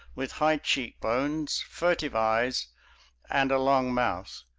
with high cheekbones, furtive eyes and long mouth.